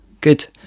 Good